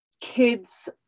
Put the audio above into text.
kids